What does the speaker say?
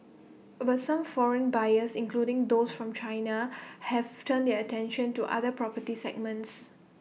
but some foreign buyers including those from China have turned their attention to other property segments